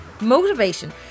motivation